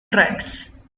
tracks